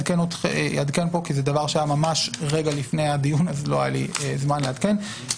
אני אעדכן פה כי דבר שהיה ממש רגע לפני הדיון אז לא היה לי זמן לעדכן.